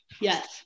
Yes